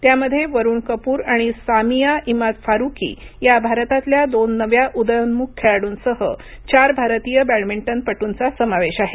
त्यामध्ये वरूण कपूर आणि सामिया इमाद फारुकी या भारतातल्या दोन नव्या उदयोन्मुख खेळाडूंसह चार भारतीय बॅडमिंटनपटूंचा समावेश आहे